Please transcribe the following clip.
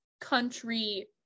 country